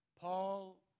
Paul